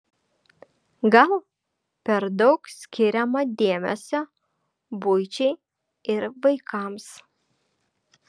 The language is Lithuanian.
gal per daug skiriama dėmesio buičiai ir vaikams